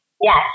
Yes